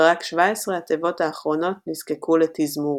ורק שבע עשרה התיבות האחרונות נזקקו לתזמור.